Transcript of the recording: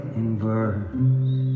inverse